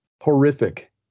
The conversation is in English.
horrific